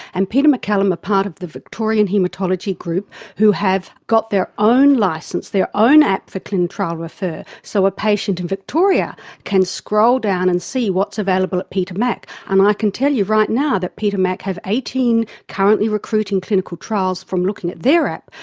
and peter maccallum are part of the victorian haematology group who have got their own licence, their own app for clintrial refer, so a patient in victoria can scroll down and see what's available at peter mac. and um i can tell you right now that peter mac have eighteen currently recruiting clinical trials from looking at their app,